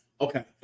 okay